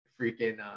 freaking